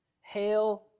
Hail